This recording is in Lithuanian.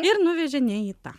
ir nuvežė ne į tą